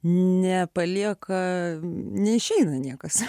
nepalieka neišeina niekas